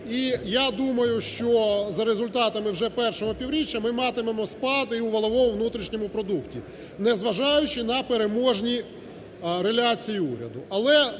І я думаю, що за результатами вже першого півріччя ми матимемо спад і у валовому внутрішньому продукті, незважаючи на переможні реляції уряду.